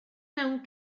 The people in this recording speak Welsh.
mewn